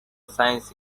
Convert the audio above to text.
science